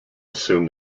assume